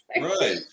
Right